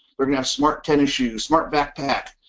we're gonna have smart tennis shoes smart back pack,